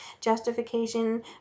justification